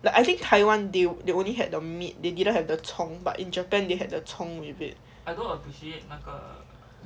like I think taiwan they they only had the meat they didn't have the 葱 but in japan they had the 葱 with it